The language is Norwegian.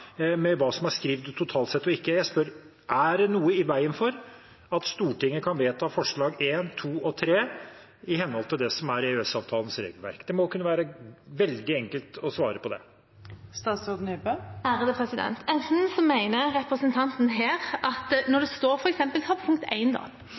hva som er skrevet totalt sett og ikke. Jeg spør: Er det noe i veien for at Stortinget kan vedta forslagene nr. 1, 2 og 3, i henhold til det som er EØS-avtalens regelverk? Det må kunne være veldig enkelt å svare på det. Det står f.eks. i forslag nr. 1: «Stortinget ber regjeringen sørge for at